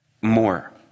more